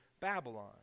Babylon